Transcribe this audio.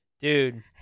Dude